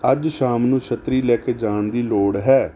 ਅੱਜ ਸ਼ਾਮ ਨੂੰ ਛੱਤਰੀ ਲੈ ਕੇ ਜਾਣ ਦੀ ਲੋੜ ਹੈ